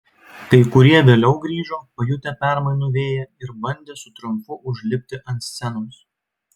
kai kurie vėliau grįžo pajutę permainų vėją ir bandė su triumfu užlipti ant scenos